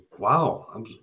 Wow